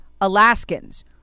Alaskans